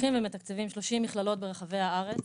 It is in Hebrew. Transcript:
ומתקצבים 30 מכללות ברחבי הארץ,